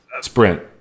sprint